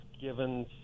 given